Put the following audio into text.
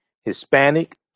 Hispanic